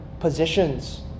Positions